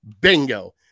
Bingo